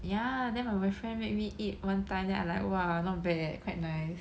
ya then my boyfriend make me eat one time then I like !wah! not bad eh quite nice